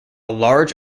large